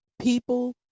People